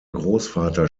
großvater